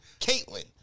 Caitlyn